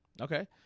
Okay